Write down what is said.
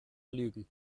lügen